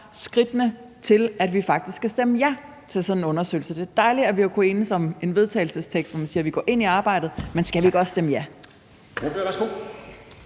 skridtene til, at vi faktisk skal stemme ja til sådan en undersøgelse? Det er dejligt, at vi har kunnet enes om en vedtagelsestekst, hvor man siger, at vi går ind i arbejdet, men skal vi ikke også stemme ja